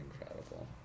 incredible